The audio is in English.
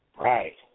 Right